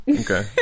Okay